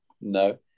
no